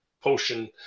potion